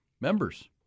members